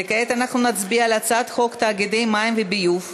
וכעת אנחנו נצביע על הצעת חוק תאגידי מים וביוב (תיקון,